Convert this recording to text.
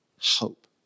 hope